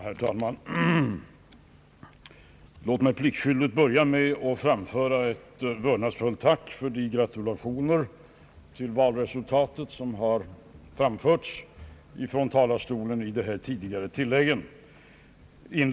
Herr talman! Låt mig pliktskyldigt börja med att framföra ett vördnadsfullt tack för de gratulationer till valresultatet som har framförts från denna talarstol i de tidigare inläggen.